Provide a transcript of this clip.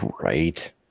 right